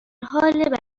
حال